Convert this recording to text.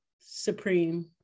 Supreme